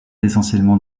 essentiellement